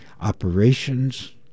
operations